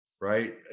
right